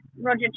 Roger